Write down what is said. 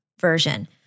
version